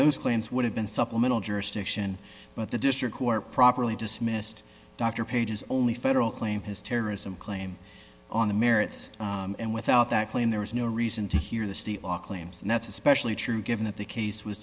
those claims would have been supplemental jurisdiction but the district court properly dismissed dr page's only federal claim his terrorism claim on the merits and without that claim there was no reason to hear the state law claims and that's especially true given that the case was